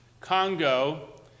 Congo